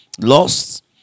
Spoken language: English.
lost